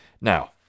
Now